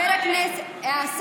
לסתום את הפה, האולם מלא.